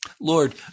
Lord